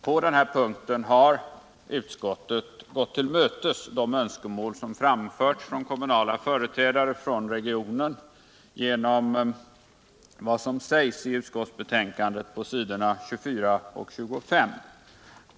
På den här punkten har utskottet gått till mötes de önskemål som framförts från kommunala företrädare från regionen genom vad som sägs i utskottsbetänkandet på s. 24 och 25.